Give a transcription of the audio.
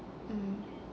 mm